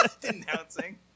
Denouncing